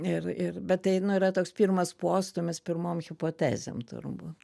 ir ir bet tai nu yra toks pirmas postūmis pirmom hipotezėm turbūt